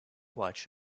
watch